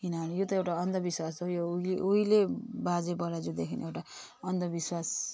किनभने यो त एउटा अन्धविश्वास हो यो उहिले उहिले बाजेबराजुदेखि एउटा अन्धविश्वास